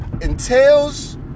entails